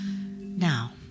Now